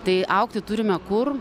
tai augti turime kur